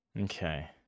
okay